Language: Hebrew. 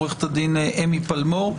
עו"ד אמי פלמור,